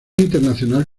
internacional